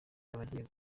abagiye